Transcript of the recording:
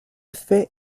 fait